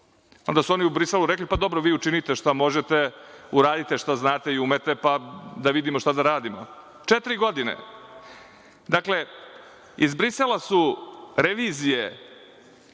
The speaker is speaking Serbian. Onda su oni u Briselu rekli – pa, dobro, vi učinite šta možete, uradite šta znate i umete, pa da vidimo šta da radimo. Četiri godine. Dakle, iz Brisela su revizije